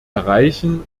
erreichen